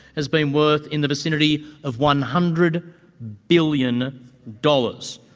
has been worth in the vicinity of one hundred billion dollars.